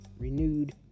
renewed